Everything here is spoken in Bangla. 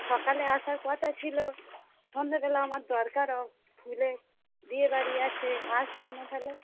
সকালে আসার কথা ছিল সন্ধেবেলা আমার দরকারও ফুলের বিয়েবাড়ি আছে আসলেন না তাহলে